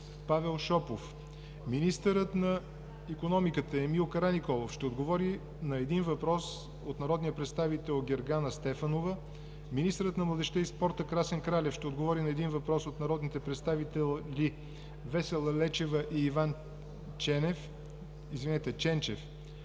Павел Шопов. - Министърът на икономиката Емил Караниколов ще отговори на един въпрос от народния представител Гергана Стефанова. - Министърът на младежта и спорта Красен Кралев ще отговори на един въпрос от народните представители Весела Лечева и Иван Ченчев.